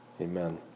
Amen